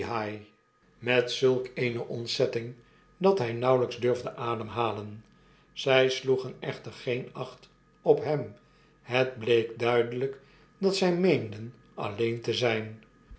met zulk eene ontzetting dat hjj nauwelps durfde ademhalen zy sloegen echtfcr geen acht op hem het bleek duidelp dat zij meenden alleen te zp